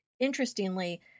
Interestingly